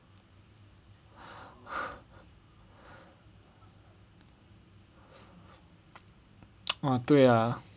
ah 对 ya